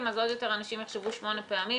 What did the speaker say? אז עוד יותר אנשים יחשבו שמונה פעמים